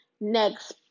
next